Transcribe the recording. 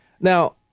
now